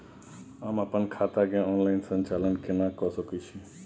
हम अपन खाता के ऑनलाइन संचालन केना के सकै छी?